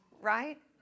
Right